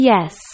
Yes